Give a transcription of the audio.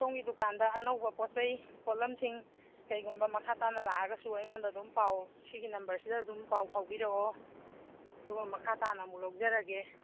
ꯁꯣꯝꯒꯤ ꯗꯨꯀꯥꯟꯗ ꯑꯅꯧꯕ ꯄꯣꯠ ꯆꯩ ꯄꯣꯠꯂꯝꯁꯤꯡ ꯀꯔꯤꯒꯨꯝꯕ ꯃꯈꯥ ꯇꯥꯅ ꯂꯥꯛꯑꯒꯁꯨ ꯑꯩꯉꯣꯟꯗ ꯑꯗꯨꯝ ꯄꯥꯎ ꯁꯤꯒꯤ ꯅꯝꯕꯔꯁꯤꯗ ꯑꯗꯨꯝ ꯄꯥꯎ ꯐꯥꯎꯕꯤꯔꯛꯑꯣ ꯑꯗꯨꯒ ꯃꯈꯥ ꯇꯥꯅ ꯑꯃꯨꯛ ꯂꯧꯖꯔꯒꯦ